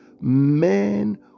men